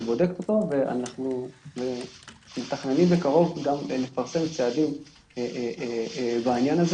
שבודקת אותו ואנחנו מתכננים בקרוב גם לפרסם צעדים בעניין הזה